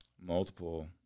Multiple